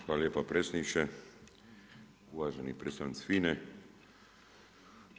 Hvala lijepa predsjedniče, uvaženi predstavnici FINA-e.